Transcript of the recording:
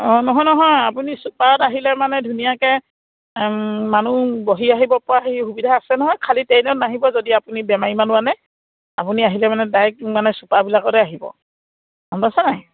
অঁ নহয় নহয় আপুনি ছুপাৰত আহিলে মানে ধুনীয়াকৈ মানুহ বহি আহিব পৰা হেৰি সুবিধা আছে নহয় খালি ট্ৰেইনত নাহিব যদি আপুনি বেমাৰী মানুহ আনে আপুনি আহিলে মানে ডাইৰেক্ট মানে ছুপাৰবিলাকতে আহিব গম পাইছে নাই